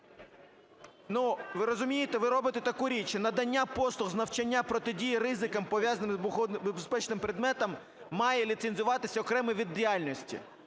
199. Ви розумієте, ви робите таку річ: надання послуг з навчання протидії ризикам, пов'язаним з вибухонебезпечними предметами, має ліцензуватися окремий вид діяльності.